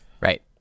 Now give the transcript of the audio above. Right